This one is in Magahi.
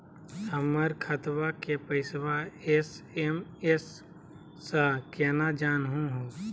हमर खतवा के पैसवा एस.एम.एस स केना जानहु हो?